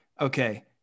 okay